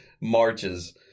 marches